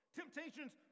temptations